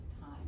time